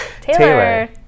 Taylor